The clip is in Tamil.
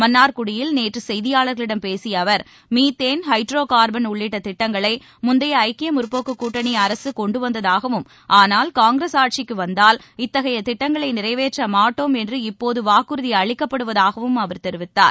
மன்னார்குடியில் நேற்று செய்தியாளர்களிடம் பேசிய அவர் மீத்தேன் ஹைட்ரோ கார்பன் உள்ளிட்ட திட்டங்களை முந்தைய ஐக்கிய முற்போக்கு கூட்டணி அரசு கொண்டு வந்ததாகவும் ஆனால் காங்கிரஸ் ஆட்சிக்கு வந்தால் இத்திட்டங்களை நிறைவேற்ற மாட்டோம் என்று இப்போது வாக்குறுதி அளிக்கப்படுவதாகவும் அவர் தெரிவித்தார்